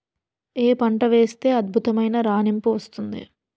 ఏ పంట వేస్తే అద్భుతమైన రాణింపు వస్తుంది?